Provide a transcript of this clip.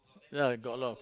ya we got along